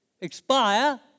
expire